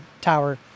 tower